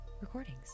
recordings